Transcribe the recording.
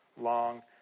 long